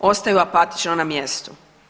ostaju apatično na mjestu.